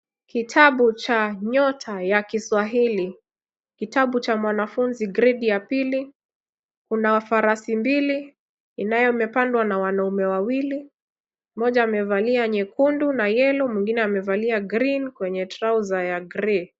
Kitabu cha nyota ya kiswahili. Kitabu cha mwanafunzi gredi ya pili. Kunao farasi mbili, inayo imepandwa na wanaume wawili. Mmoja amevalia nyekundu na Yellow , mwengine amevalia green kwenye trouser ya grey .